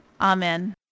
Amen